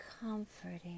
comforting